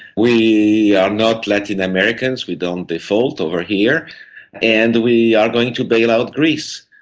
we are not latin americans, we don't default over here and we are going to bail out greece.